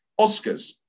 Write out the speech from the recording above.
Oscars